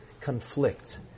conflict